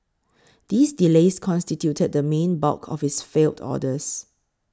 these delays constituted the main bulk of its failed orders